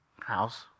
house